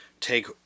take